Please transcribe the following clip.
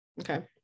okay